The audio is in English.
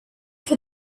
for